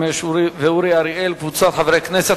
שי חרמש ואורי אריאל וקבוצת חברי הכנסת.